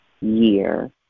year